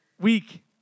week